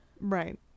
right